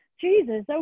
Jesus